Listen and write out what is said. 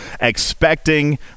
expecting